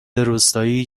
روستایی